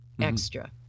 extra